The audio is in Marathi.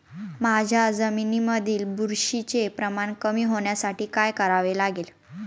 माझ्या जमिनीमधील बुरशीचे प्रमाण कमी होण्यासाठी काय करावे लागेल?